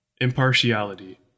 Impartiality